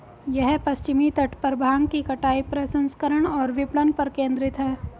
यह पश्चिमी तट पर भांग की कटाई, प्रसंस्करण और विपणन पर केंद्रित है